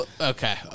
okay